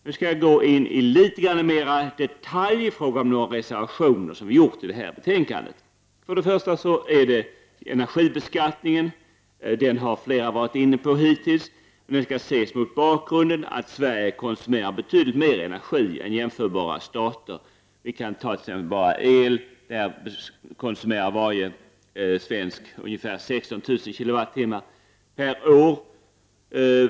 Nu skall jag litet mer i detalj diskutera våra reservationer till betänkandet. Till att börja med skall energibeskattningen, som många har diskuterat, ses mot bakgrunden av att Sverige konsumerar betydligt mer energi än jämförbara stater. T.ex. konsumerar varje svensk ungefär 16 000 kWh el per år.